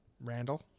Randall